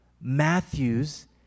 Matthew's